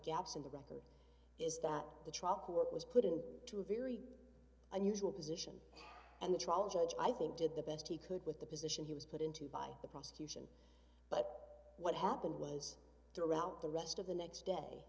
gaps in the record is that the trial court was put in to a very unusual position and the trial judge i think did the best he could with the position he was put into by the prosecution but what happened was there around the rest of the next day